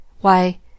Why